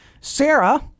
Sarah